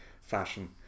fashion